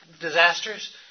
disasters